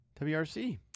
WRC